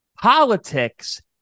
politics